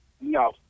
No